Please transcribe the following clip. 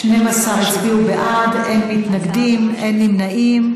12 הצביעו בעד, אין מתנגדים, אין נמנעים.